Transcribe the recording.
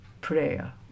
prayer